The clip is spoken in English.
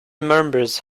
members